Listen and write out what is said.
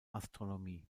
astronomie